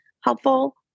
helpful